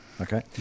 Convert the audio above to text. Okay